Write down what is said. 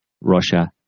Russia